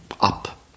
up